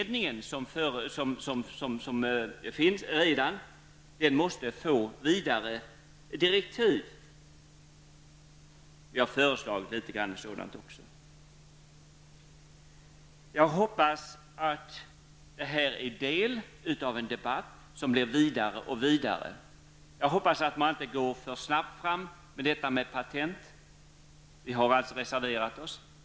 Den pågående utredningen måste få vidare direktiv. Vi har föreslagit en del i detta sammanhang. Jag hoppas att det här är en del av en debatt som blir vidare och vidare. Jag hoppas att man inte går för snabbt fram med patenten. Vi har alltså reserverat oss.